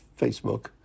Facebook